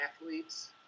athletes